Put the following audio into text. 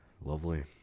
Lovely